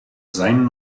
seinen